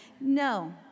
No